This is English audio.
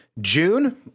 June